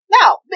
Now